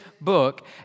book